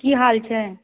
की हाल छै